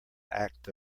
act